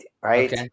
Right